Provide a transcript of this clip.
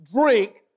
drink